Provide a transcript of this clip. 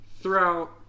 throughout